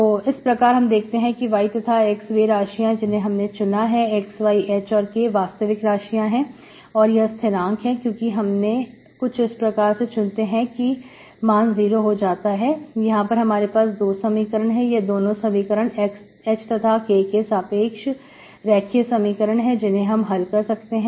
तो इस प्रकार हम देखते हैं कि X तथा Y वे राशियां हैं जिन्हें हमें चुना है xy h और k वास्तविक राशियां हैं और यह स्थिरांक है क्योंकि इन्हें हम कुछ इस प्रकार से चुनते हैं कि मान 0 हो जाता है यहां पर हमारे पास 2 समीकरण हैं यह दोनों समीकरण h तथाk के सापेक्ष रेखीय समीकरण हैं जिन्हें हम हल कर सकते हैं